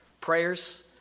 prayers